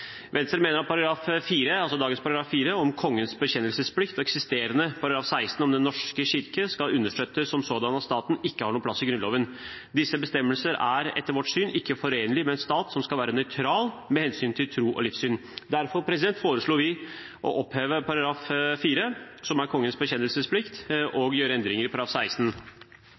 Venstre mener at dagens § 4, om kongens bekjennelsesplikt, og eksisterende § 16, om at Den norske kirke skal «understøttes som sådan av staten», ikke har noen plass i Grunnloven. Disse bestemmelser er etter vårt syn ikke forenlige med at en stat skal være nøytral med hensyn til tro og livssyn. Derfor foreslår vi å oppheve § 4, som gjelder kongens bekjennelsesplikt,